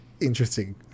interesting